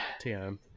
T-O-M